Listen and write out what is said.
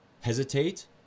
hesitate